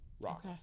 Rock